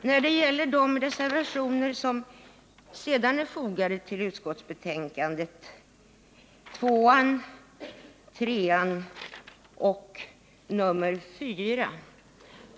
När det gäller reservationerna 2, 3 och 4, som är fogade vid detta betänkande, så finns